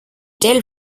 telle